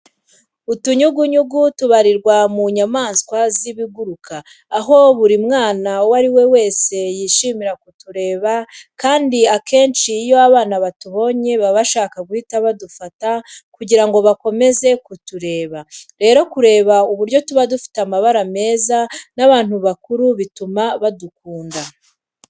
Utunyugunyugu tubarirwa mu nyamaswa z'ibiguruka, aho buri mwana uwo ari we wese yishimira kutureba kandi akenshi iyo abana batubonye baba bashaka guhita badufata kugira ngo bakomeze kutureba. Rero kubera uburyo tuba dufite amabara meza n'abantu bakuru bituma badukunda.